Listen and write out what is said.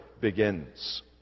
begins